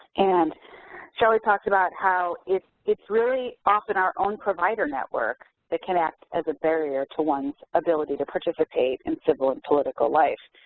and shelly talks about how it's it's really often our own provider network that can act as a barrier to one's ability to participate in civil and political life,